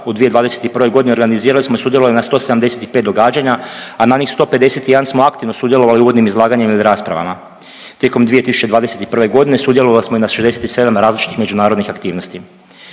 u 2021. g. organizirali smo i sudjelovanje na 175 događanja, a na njih 151 smo aktivno sudjelovali u uvodnim izlaganjima ili raspravama. Tijekom 2021. g. sudjelovali smo i na 67 različitih međunarodnih aktivnosti.